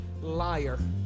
liar